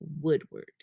woodward